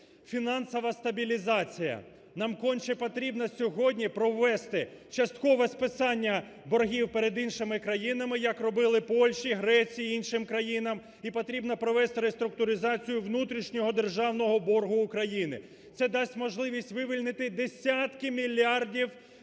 Фінансова стабілізація. Нам конче потрібно сьогодні провести часткове списання боргів перед іншими країнами, як робили Польщі, Греції, іншим країнам, і потрібно провести реструктуризацію внутрішнього державного боргу України. Це дасть можливість вивільнити десятки мільярдів